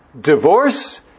divorce